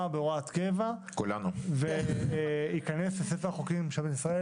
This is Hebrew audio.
בהוראת קבע ושהחוק ייכנס לספר החוקים של מדינת ישראל.